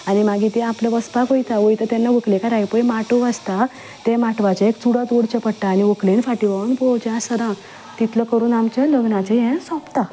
आनी मागीर ते आपले वचपाक वयता वयता तेन्ना व्हंकलेकारा पळय माटोव आसता ते माटव्याची एक चुडत ओडचें पडटा आनी व्हंकलेन फाटल्यान वळून पळोवचें आसता सदां तितलें करून आमचें लग्नाचें हें सोंपता